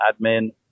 admin